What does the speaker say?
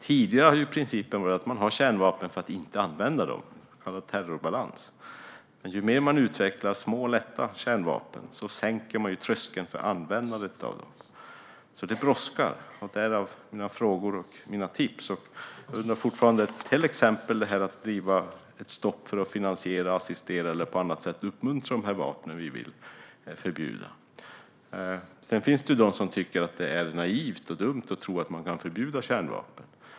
Tidigare har principen varit att man har kärnvapen för att inte använda dem, så kallad terrorbalans. Men ju mer man utvecklar små och lätta kärnvapen, desto mer sänker man tröskeln för användandet av dem. Det brådskar alltså - därav mina frågor och tips. Jag undrar fortfarande till exempel om det här med att driva på för ett stopp för att finansiera, assistera eller på annat sätt uppmuntra de här vapnen, som vi vill förbjuda. Sedan finns det de som tycker att det är naivt och dumt att tro att man kan förbjuda kärnvapen.